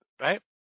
right